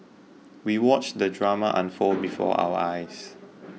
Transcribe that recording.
we watched the drama unfold before our eyes